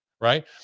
Right